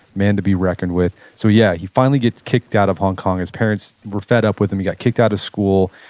man to be reckoned with. so yeah, he finally gets kicked out of hong kong. his parents were fed up with him. he got kicked out of school.